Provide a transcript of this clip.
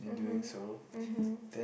mmhmm mmhmm